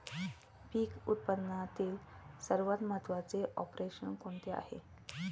पीक उत्पादनातील सर्वात महत्त्वाचे ऑपरेशन कोणते आहे?